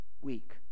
week